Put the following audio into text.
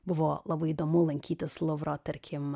buvo labai įdomu lankytis luvro tarkim